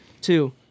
Two